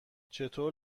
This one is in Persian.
چطور